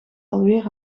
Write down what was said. alweer